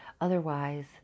Otherwise